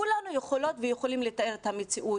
כולנו יכולות ויכולים לתאר את המציאות.